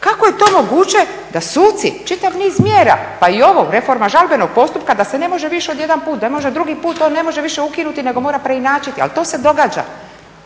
kako je to moguće da suci, čitav niz mjera pa i ovo, reforma žalbenog postupka da se ne može više od jedan put, da može drugi put, on ne može više ukinuti nego mora preinačiti, ali to se događa.